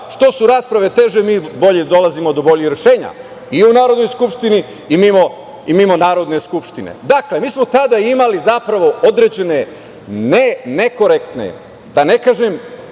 Što su rasprave teže mi bolje dolazimo do boljih rešenja, i u Narodnoj skupštini, i mimo Narodne skupštine. Dakle, mi smo tada imali određene ne nekorektne, da ne kažem